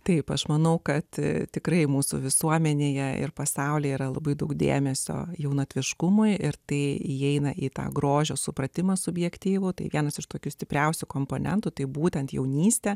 taip aš manau kad tikrai mūsų visuomenėje ir pasaulyje yra labai daug dėmesio jaunatviškumui ir tai įeina į tą grožio supratimą subjektyvų tai vienas iš tokių stipriausių komponentų tai būtent jaunystė